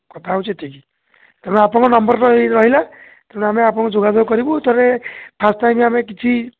କଥା ହେଉଛି ଏତିକି ତେଣୁ ଆପଣଙ୍କ ନମ୍ବର୍ ତ ଏଇ ରହିଲା ତେଣୁ ଆମେ ଆପଣଙ୍କୁ ଯୋଗାଯୋଗ କରିବୁ ତା'ହେଲେ ଫାଷ୍ଟ୍ ଟାଇମ୍ ଆମେ କିଛି